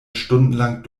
stundenlang